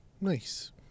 nice